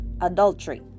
adultery